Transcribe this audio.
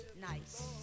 nice